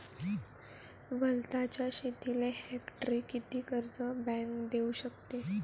वलताच्या शेतीले हेक्टरी किती कर्ज बँक देऊ शकते?